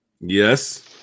Yes